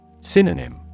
Synonym